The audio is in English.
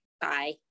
Bye